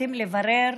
ורוצים לברר